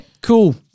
cool